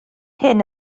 hyn